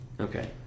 Okay